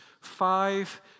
five